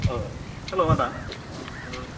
ओह हेलौ आदा